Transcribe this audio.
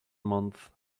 month